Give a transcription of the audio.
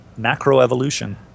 macroevolution